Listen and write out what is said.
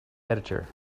editor